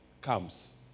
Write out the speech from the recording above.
comes